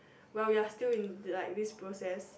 well you're still like in this process